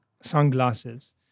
sunglasses